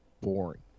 boring